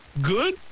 good